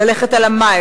"ללכת על המים",